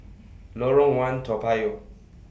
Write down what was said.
Lorong one Toa Payoh